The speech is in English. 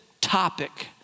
topic